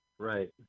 Right